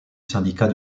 syndicat